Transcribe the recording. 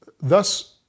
thus